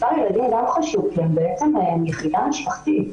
מספר הילדים גם חשוב כי הם יחידה משפחתית.